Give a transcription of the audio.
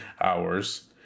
hours